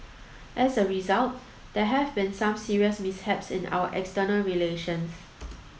as a result there have been some serious mishaps in our external relations